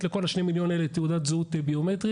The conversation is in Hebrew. לכל 2 מיליון האזרחים האלה תעודת זהות ביומטרית.